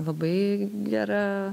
labai gera